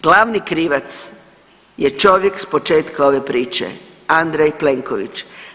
Glavni krivac je čovjek s početka ove priče, Andrej Plenković.